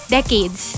Decades